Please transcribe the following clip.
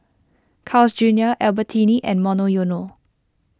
Carl's Junior Albertini and Monoyono